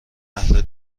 اهل